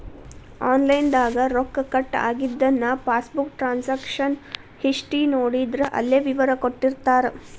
online ದಾಗ ರೊಕ್ಕ cut ಆಗಿದನ್ನ ಪಾಸ್ಬುಕ್ ಟ್ರಾನ್ಸಕಶನ್ ಹಿಸ್ಟಿ ನೋಡಿದ್ರ ಅಲ್ಲೆ ವಿವರ ಕೊಟ್ಟಿರ್ತಾರ